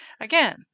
Again